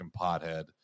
pothead